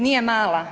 Nije mala.